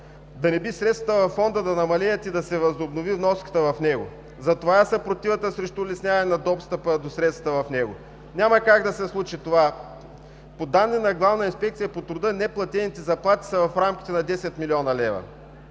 да не би средствата във Фонда да намалеят и да се възобнови вноската в него. Затова е съпротивата срещу улесняване на достъпа до средствата в него. Няма как да се случи това. По данни на Главна инспекция по труда неизплатените заплати са в рамките на 10 млн. лв.